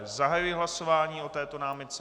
Zahajuji hlasování o této námitce.